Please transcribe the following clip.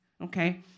okay